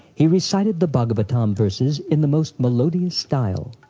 he recited the bhagavatam verses in the most melodious style,